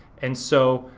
and so,